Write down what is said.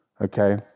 okay